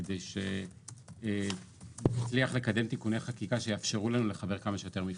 כדי שנצליח לקדם תיקוני חקיקה שיאפשרו לנו לחבר כמה שיותר מפעלים.